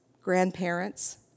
grandparents